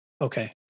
Okay